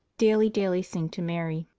daily, daily sing to mary